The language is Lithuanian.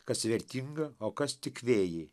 kas vertinga o kas tik vėjai